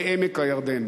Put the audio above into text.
בעמק-הירדן,